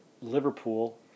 Liverpool